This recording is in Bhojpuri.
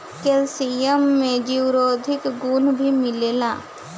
कैल्सियम में जीवरोधी गुण भी मिलेला